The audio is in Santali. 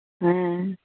ᱦᱮᱸ